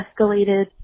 escalated